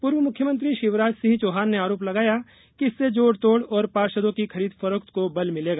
पूर्व मुख्यमंत्री शिवराज सिंह चौहान ने आरोप लगाया कि इससे जोड़ तोड़ और पार्षदों की खरीद फरोख्त को बल मिलेगा